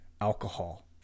alcohol